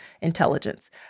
intelligence